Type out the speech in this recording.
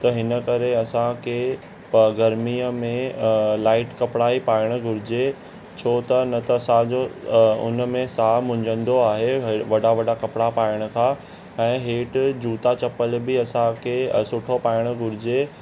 त हिन करे असांखे प गर्मीअ में लाईट कपिड़ा ई पाइणु घुरिजे छो त न त असांजो उनमें साहु मुझंदो आहे वॾा वॾा कपिड़ा पाइण खां ऐं हेठि जूता चप्पल बि असांखे सुठो पाइणु घुरिजे